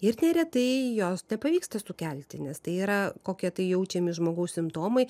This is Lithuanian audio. ir neretai jos nepavyksta sukelti nes tai yra kokie tai jaučiami žmogaus simptomai